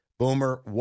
Boomer